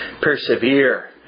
persevere